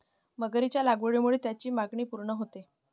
मगरीच्या लागवडीमुळे त्याची मागणी पूर्ण होते